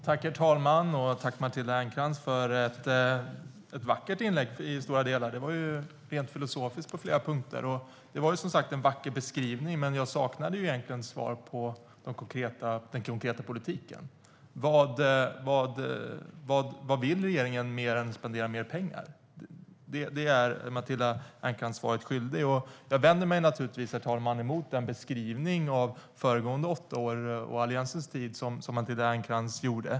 Herr talman! Tack, Matilda Ernkrans, för ett i stora delar vackert inlägg! Det var filosofiskt på flera punkter. Det var som sagt en vacker beskrivning, men jag saknade svar beträffande den konkreta politiken. Vad vill regeringen mer än att spendera mer pengar? På den frågan är Matilda Ernkrans svaret skyldig. Jag vänder mig, herr talman, naturligtvis emot Matilda Ernkrans beskrivning av föregående åtta år och Alliansens tid.